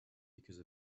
because